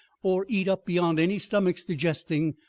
or eat up beyond any stomach's digesting,